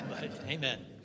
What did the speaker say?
Amen